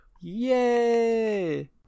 Yay